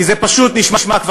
כי זה פשוט כבר נשמע מגוחך.